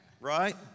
Right